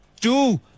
two